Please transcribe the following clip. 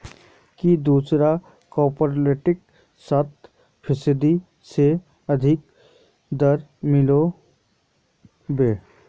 की दूसरा कॉपरेटिवत सात फीसद स अधिक दर मिल बे